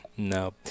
No